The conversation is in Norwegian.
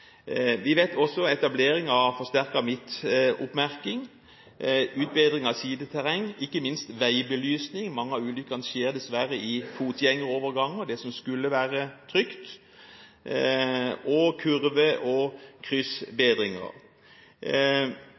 midtoppmerking, utbedring av sideterreng, ikke minst veibelysning – mange av ulykkene skjer dessverre i fotgjengeroverganger, det som skulle være trygt – og kurve- og